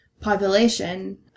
population